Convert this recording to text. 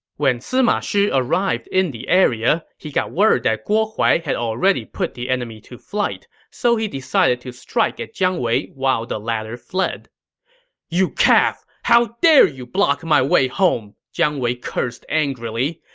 when sima shi arrived in the area, he got word that guo huai had already put the enemy to flight, so he decided to strike at jiang wei while the latter fled you calf! how dare you block my way home! jiang wei cursed angrily.